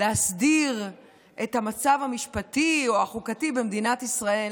להסדיר את המצב המשפטי או החוקתי במדינת ישראל,